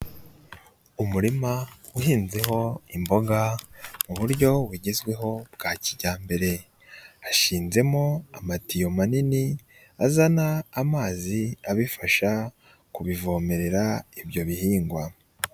Umurima uhinzeho imboga mu buryo bugezweho bwa kijyambere, hashizemo amatiyo manini, azana amazi, abifasha kubivomerera ibyo bihingwa.